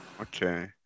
okay